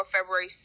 February